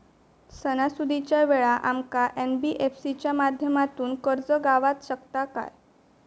सणासुदीच्या वेळा आमका एन.बी.एफ.सी च्या माध्यमातून कर्ज गावात शकता काय?